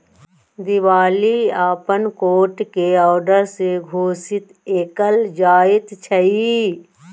दिवालियापन कोट के औडर से घोषित कएल जाइत छइ